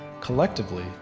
Collectively